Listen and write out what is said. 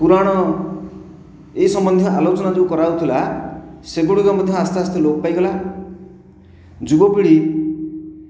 ପୁରାଣ ଏଇ ସମ୍ବନ୍ଧୀୟ ଆଲୋଚନା ଯେଉଁ କରାଯାଉଥିଲା ସେଗୁଡ଼ିକ ମଧ୍ୟ ଆସ୍ତେ ଆସ୍ତେ ଲୋପ ପାଇଗଲା ଯୁବପୀଢ଼ି